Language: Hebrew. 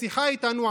בשיחה איתנו,